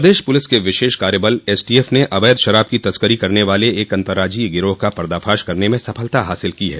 प्रदेश पुलिस के विशेष कार्य बल एसटीएफ ने अवैध शराब की तस्करी करने वाले एक अन्तर्राज्योय गिरोह का पर्दाफाश करने में सफलता हासिल की है